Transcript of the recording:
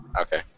Okay